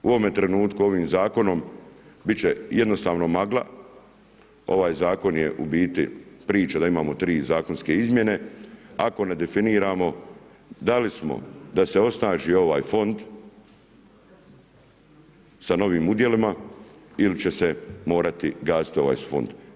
U ovome trenutku ovim zakonom biti će jednostavno magla, ovaj zakon je u biti priče da imamo 3 zakonske izmjene, ako ne definiramo, da li smo da se osnaži ovaj fond, sa novim udjelima ili će se morati gasiti ovaj fond?